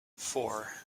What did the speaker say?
four